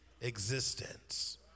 existence